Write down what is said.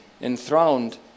enthroned